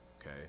Okay